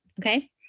Okay